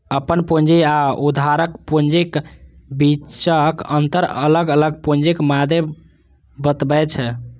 अपन पूंजी आ उधारक पूंजीक बीचक अंतर अलग अलग पूंजीक मादे बतबै छै